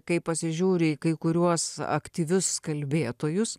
kai pasižiūri į kai kuriuos aktyvius kalbėtojus